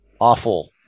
awful